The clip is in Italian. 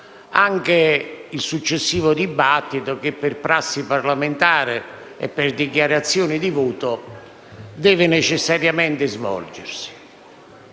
anche il successivo dibattito che, per prassi parlamentare in sede di dichiarazioni di voto, deve necessariamente svolgersi.